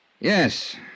Yes